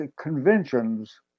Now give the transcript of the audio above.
conventions